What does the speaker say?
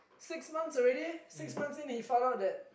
six months already six months in he found out that